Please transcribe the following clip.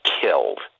killed